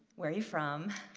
where are you from?